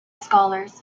scholars